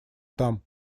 там